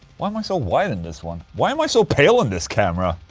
why am i so white in this one? why am i so pale in this camera?